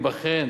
תבחן